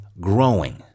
growing